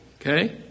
Okay